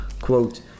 quote